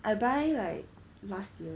I buy like last year